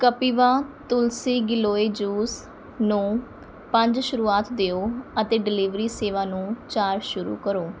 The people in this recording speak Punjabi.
ਕਪਿਵਾ ਤੁਲਸੀ ਗਿਲੋਏ ਜੂਸ ਨੂੰ ਪੰਜ ਸ਼ੁਰੂਆਤ ਦਿਓ ਅਤੇ ਡਿਲੀਵਰੀ ਸੇਵਾ ਨੂੰ ਚਾਰ ਸ਼ੁਰੂ ਕਰੋ